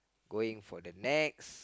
going for the next